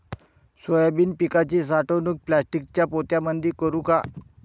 Soybean पिकाची साठवणूक प्लास्टिकच्या पोत्यामंदी करू का?